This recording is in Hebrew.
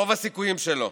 רוב הסיכויים שלא.